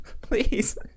please